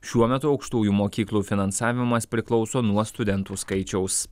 šiuo metu aukštųjų mokyklų finansavimas priklauso nuo studentų skaičiaus